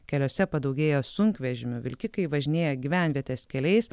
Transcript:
keliuose padaugėjo sunkvežimių vilkikai važinėja gyvenvietės keliais